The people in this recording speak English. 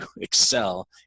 excel